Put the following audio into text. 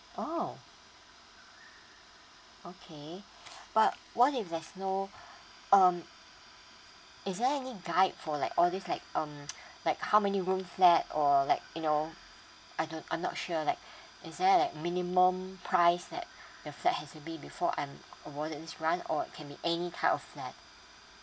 oh okay but what if there's no um is there any guide for like all these like um like how many rooms flat or like you know I don't I'm not sure like is there like minimum price that the flat has to be before I'm awarded this grant or can be any type of that